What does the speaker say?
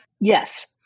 Yes